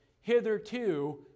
hitherto